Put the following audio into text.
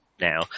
now